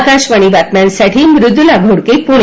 आकाशवाणी बातम्यांसाठी मृद्रला घोडके पुणे